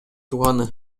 тууганы